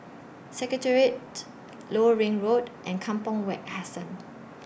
Secretariat Lower Ring Road and Kampong Wak Hassan